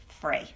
free